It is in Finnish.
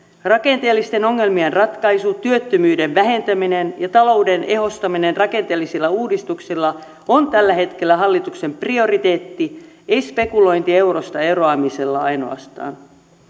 rakenteellisten ongelmien ratkaisu työttömyyden vähentäminen ja talouden ehostaminen rakenteellisilla uudistuksilla on tällä hetkellä hallituksen prioriteetti ei spekulointi eurosta eroamisella ainoastaan